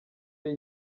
yari